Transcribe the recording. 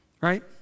right